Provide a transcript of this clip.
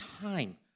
time